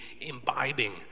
imbibing